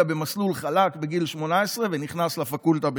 במסלול חלק בגיל 18 ונכנס לפקולטה לרפואה.